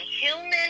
human